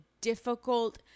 difficult